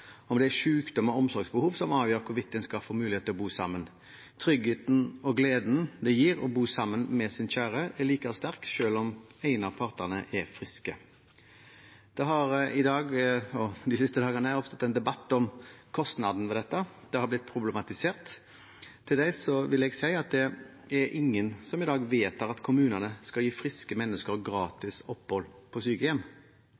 om det er sykdom og omsorgsbehov som avgjør hvorvidt en skal få mulighet til å bo sammen. Tryggheten og gleden det gir å bo sammen med sin kjære, er like sterk selv om en av partene er frisk. Det har i dag og de siste dagene oppstått en debatt om kostnaden ved dette. Det har blitt problematisert. Til det vil jeg si at det er ingen som i dag vedtar at kommunene skal gi friske mennesker